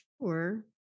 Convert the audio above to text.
sure